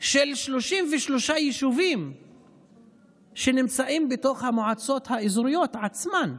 של 33 יישובים שנמצאים בתוך המועצות האזוריות עצמן,